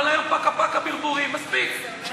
כל היום פקה-פקה, ברבורים, מספיק.